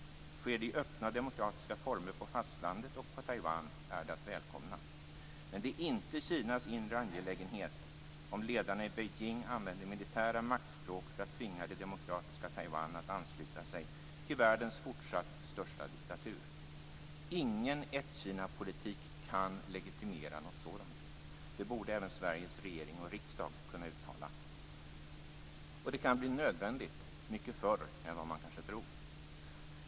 Sker det i öppna och demokratiska former på fastlandet och på Taiwan, är det att välkomna. Men det är inte Kinas inre angelägenhet om ledarna i Beijing använder militära maktspråk för att tvinga det demokratiska Taiwan att ansluta sig till världens fortsatt största diktatur. Ingen ett-Kina-politik kan legitimera något sådant. Det borde även Sveriges regering och riksdag kunna uttala. Det kan bli nödvändigt mycket förr än vad man kanske tror.